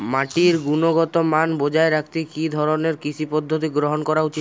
মাটির গুনগতমান বজায় রাখতে কি ধরনের কৃষি পদ্ধতি গ্রহন করা উচিৎ?